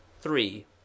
three